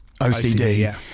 OCD